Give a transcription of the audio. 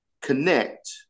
connect